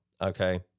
okay